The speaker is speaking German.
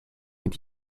mit